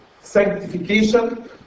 sanctification